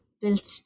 built